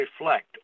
reflect